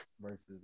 versus